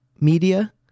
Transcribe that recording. media